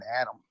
Adam